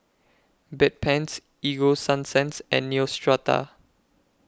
Bedpans Ego Sunsense and Neostrata